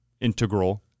integral